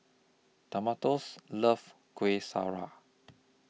Demetrios loves Kuih Syara